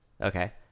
Okay